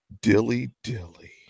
dilly-dilly